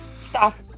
Stop